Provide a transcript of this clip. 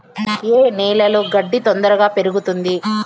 ఏ నేలలో గడ్డి తొందరగా పెరుగుతుంది